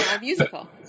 musical